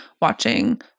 watching